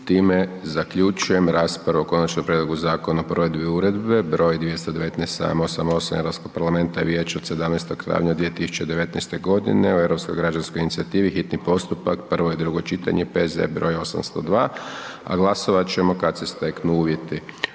Time zaključujem raspravu o Konačnom prijedlogu Zakona o provedbi Uredbe br. 2019/788 Europskog parlamenta i Vijeća od 17. travnja 2019. godine o Europskoj građanskoj inicijativi, hitni postupak, prvo i drugo čitanje, P.Z.E. 802, a glasovat ćemo kada se steknu uvjeti.